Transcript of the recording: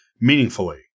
meaningfully